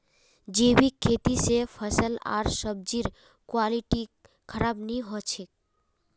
जैविक खेती से फल आर सब्जिर क्वालिटी खराब नहीं हो छे